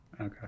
Okay